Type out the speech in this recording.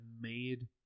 made